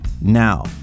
now